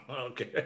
Okay